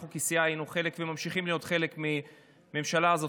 אנחנו כסיעה היינו חלק וממשיכים להיות חלק מהממשלה הזו,